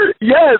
Yes